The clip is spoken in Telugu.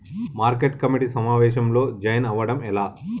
మార్కెట్ కమిటీ సమావేశంలో జాయిన్ అవ్వడం ఎలా?